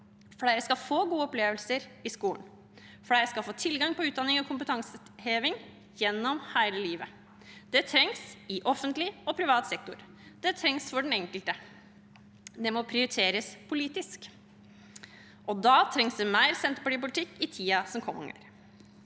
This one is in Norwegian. Flere skal få gode opplevelser i skolen, og flere skal få tilgang til utdanning og kompetanseheving gjennom hele livet. Det trengs i offentlig og privat sektor, og det trengs for den enkelte. Det må prioriteres politisk, og da trengs det mer senterpartipolitikk i tiden som kommer.